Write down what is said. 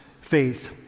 faith